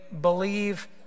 believe